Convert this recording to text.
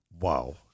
wow